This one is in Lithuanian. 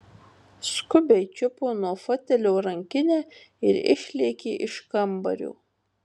skubiai čiupo nuo fotelio rankinę ir išlėkė iš kambario